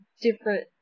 different